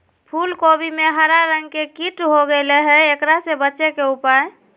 फूल कोबी में हरा रंग के कीट हो गेलै हैं, एकरा से बचे के उपाय?